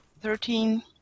Thirteen